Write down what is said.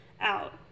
out